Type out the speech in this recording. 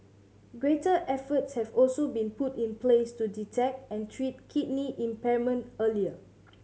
greater efforts have also been put in place to detect and treat kidney impairment earlier